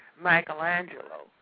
Michelangelo